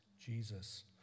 Jesus